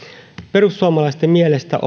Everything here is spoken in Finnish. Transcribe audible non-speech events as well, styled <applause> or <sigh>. perussuomalaisten mielestä <unintelligible>